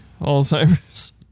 Alzheimer's